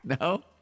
No